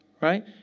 right